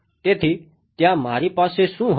તેથી ત્યાં મારી પાસે શું હતું